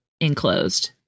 enclosed